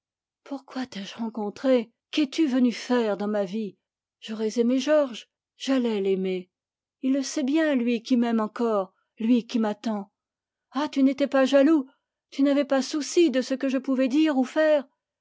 pourquoi t'ai-je rencontré qu'es-tu venu faire dans ma vie j'aurais aimé georges j'allais l'aimer il le sait bien lui qui m'aime encore lui qui m'attend ah tu n'étais pas jaloux tu n'avais pas souci de ce que je pouvais dire ou faire